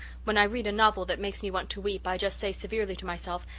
when i read a novel that makes me want to weep i just say severely to myself,